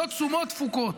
לא תשומות, תפוקות.